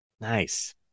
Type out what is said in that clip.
Nice